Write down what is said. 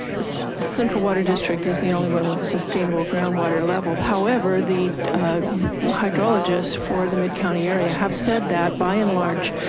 central water district is the only one with a sustainable groundwater level. however the hydrologist for the mid county area have said that by and large,